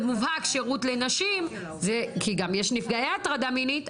מובהק שירות לנשים כי גם יש נפגעי הטרדה מינית,